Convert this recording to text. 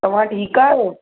तव्हां ठीकु आहियो